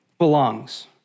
belongs